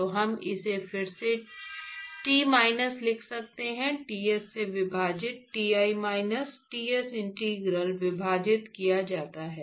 तो हम इसे फिर से T माइनस लिख सकते हैं Ts से विभाजित Ti माइनस Ts इंटीग्रल विभाजित किया जाता है